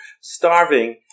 starving